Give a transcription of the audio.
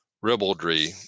ribaldry